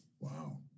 Wow